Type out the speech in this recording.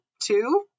two